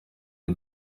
the